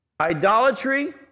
Idolatry